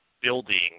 building